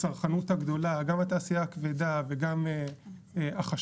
שזה הצרכנות הגדולה, גם התעשייה הכבדה וגם החשמל,